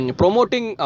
promoting